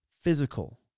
physical